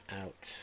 out